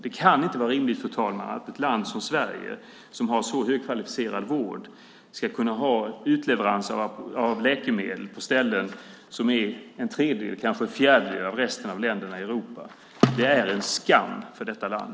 Det kan inte vara rimligt, fru ålderspresident, att ett land som Sverige som har så högkvalificerad vård ska kunna ha utleveranser av läkemedel på ställen som är en tredjedel, kanske en fjärdedel, av vad de är i resten av länderna i Europa. Det är en skam för detta land.